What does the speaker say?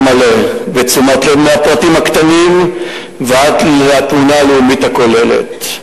מלא ותשומת לב מהפרטים הקטנים ועד לתמונה הלאומית הכוללת.